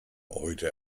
heute